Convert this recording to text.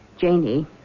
Janie